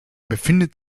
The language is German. befindet